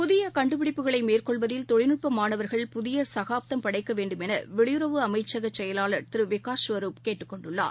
புதியகண்டுபிடிப்புகளைமேற்கொள்வதில் தொழில்நுட்பமாணவர்கள் புதியசகாப்தம் படைக்கவேண்டும் எனவெளியுறவு அமைச்சகசெயலாளர் திருவிகாஷ் ஸ்வருப் கேட்டுக் கொண்டுள்ளார்